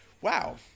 Wow